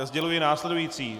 Sděluji následující.